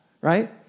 right